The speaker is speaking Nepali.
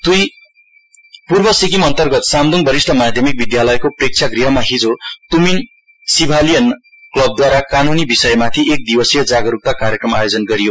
लिगल आवर्नेश पूर्व सिक्किम अन्तर्गत सामदुङ वरिष्ठ माध्यमिक विद्यालयको प्रेक्ष गृहमा हिजो तुमिन सिभालियन क्लबद्वारा कानुन विषयमाथि जागरुकता कार्यक्रम आयोजन गरियो